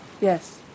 Yes